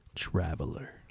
traveler